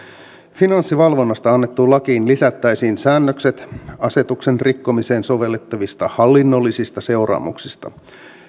finanssivalvonnasta annettuun lakiin lisättäisiin säännökset asetuksen rikkomiseen sovellettavista hallinnollisista seuraamuksista